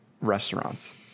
restaurants